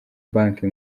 banki